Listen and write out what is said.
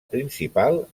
principal